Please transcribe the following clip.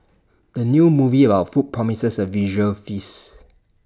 the new movie about food promises A visual feast